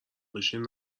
بشینین